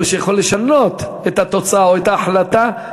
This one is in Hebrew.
או שיכול לשנות את התוצאה או את ההחלטה,